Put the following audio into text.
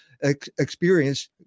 experience